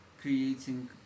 creating